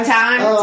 time